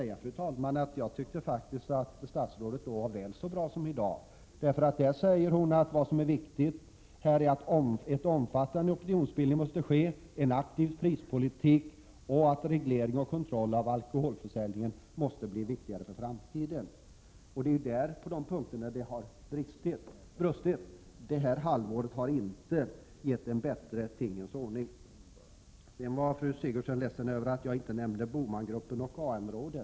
Men, fru talman, jag tycker faktiskt att statsrådet då var väl så bra som hon är i dag. Då sade hon att det är viktigt med en omfattande opinionsbildning och en aktiv prispolitik. Vidare sade hon att en reglering och en kontroll av alkoholförsäljningen måste tillmätas större betydelse i framtiden. Det är dock på dessa punkter som det har brustit. Under det senaste halvåret har vi nämligen inte fått en bättre tingens ordning. Fru Sigurdsen var ledsen över att jag inte nämnde BOMAN-gruppen eller AN-rådet.